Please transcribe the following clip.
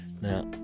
Now